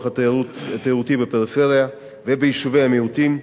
התיירותי בפריפריה וביישובי המיעוטים.